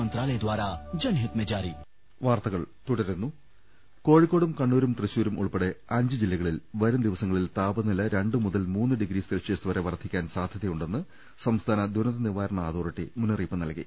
രദ്ദേഷ്ടങ കോഴിക്കോടും കണ്ണൂരും തൃശൂരും ഉൾപ്പെടെ അഞ്ച് ജില്ലകളിൽ വരും ദിവസങ്ങളിൽ താപനില രണ്ട് മുതൽ മൂന്നുവരെ ഡിഗ്രി സെൽഷ്യസ് വർദ്ധി ക്കാൻ സാധ്യതയുണ്ടെന്ന് സംസ്ഥാന ദുരന്ത നിവാരണ അതോറിറ്റി മുന്നറി യിപ്പ് നൽകി